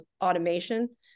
automation